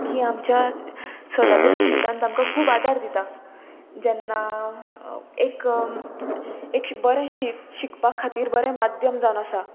की आमच्या स्वताच्या जिवितान आमकां खूब आदार दिता जेन्ना एक एक बरें शी शिकपा खातीर बरें माध्यम जावन आसा